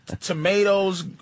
tomatoes